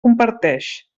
comparteix